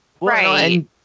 Right